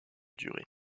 durée